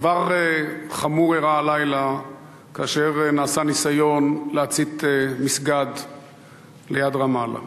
דבר חמור אירע הלילה כאשר נעשה ניסיון להצית מסגד ליד רמאללה.